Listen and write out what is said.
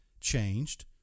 changed